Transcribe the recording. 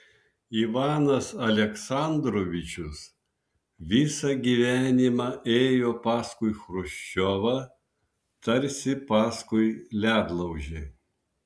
ivanas aleksandrovičius visą gyvenimą ėjo paskui chruščiovą tarsi paskui ledlaužį